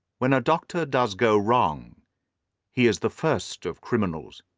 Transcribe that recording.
when a doctor does go wrong he is the first of criminals.